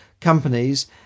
companies